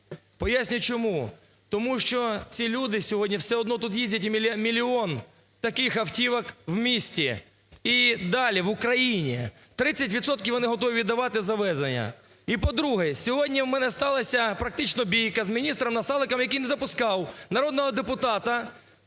Пояснюю, чому. Тому що ці люди все одно тут їздять, і мільйон таких автівок в місті. І далі – в Україні. 30 відсотків вони готові віддавати за ввезення. І по-друге, сьогодні в мене сталася практично бійка з міністромНасаликом, який не допускав народного депутата